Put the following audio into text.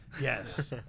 Yes